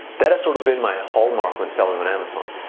that has sort of been my hallmark when selling on amazon.